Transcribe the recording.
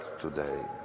today